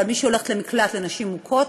אבל מי שהולכת למקלט לנשים מוכות